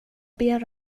ber